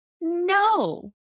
No